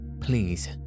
Please